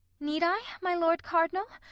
need i, my lord cardinal?